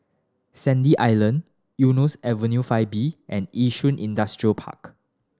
Sandy Island Eunos Avenue Five B and Yishun Industrial Park